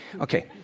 Okay